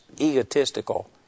egotistical